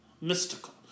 mystical